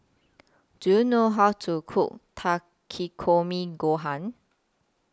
Do YOU know How to Cook Takikomi Gohan